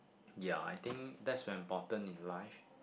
ya I think that's very important in life